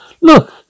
Look